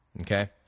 Okay